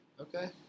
Okay